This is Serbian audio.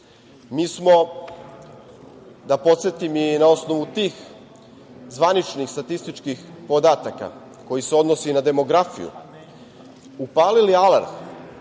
Mi smo, da podsetim, i na osnovu tih zvaničnih statističkih podataka koji se odnose i na demografiju upalili alarm